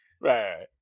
Right